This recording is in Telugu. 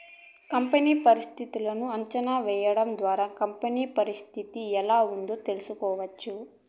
కంపెనీ పరిస్థితులను అంచనా వేయడం ద్వారా కంపెనీ పరిస్థితి ఎలా ఉందో తెలుసుకోవచ్చు